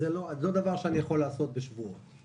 לא דבר שאני יכול לעשות בשבועיים.